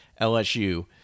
LSU